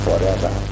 Forever